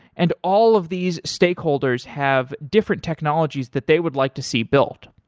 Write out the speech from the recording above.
and all of these stakeholders have different technologies that they would like to see built.